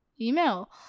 email